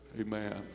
Amen